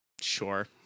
Sure